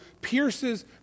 pierces